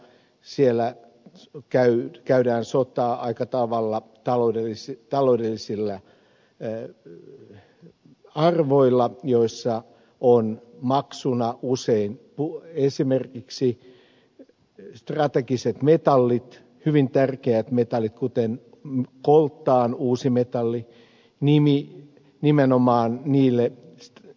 siellä käydään sotaa aika tavalla taloudellisilla arvoilla joissa ovat maksuna usein esimerkiksi strategiset metallit hyvin tärkeät metallit kuten coltan uusi metallinimi nimenomaan niille vasta nyt